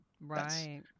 right